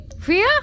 Fia